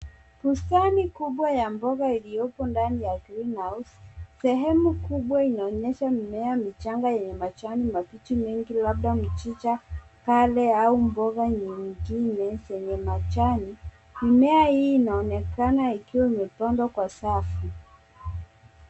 Bustani kubwa ya mboga iliyopo ndani ya greenhouse . Sehemu kubwa inaonyesha mimea michanga yenye majani mabichi mengi labda michicha, kale au mboga nyingine zenye majani. Mimea hii inaonekana ikiwa imepandwa kwa safu.